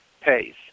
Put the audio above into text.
pays